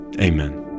amen